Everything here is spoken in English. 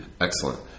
excellent